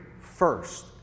first